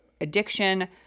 addiction